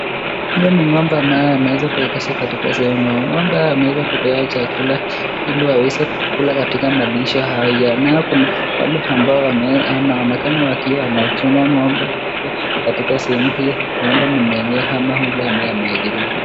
Hawa ni ng'ombe ambao wameweza kuwekezwa kwa sehemu zao. Ng'ombe hawa wameweza kupewa chakula ili waweze kula katika malisho haya, nao kuna wale ambao wanaonekana wakiwa wanachunga ng'ombe katika sehemu hii, huenda ni mwenyewe ama ni yule ameajiriwa.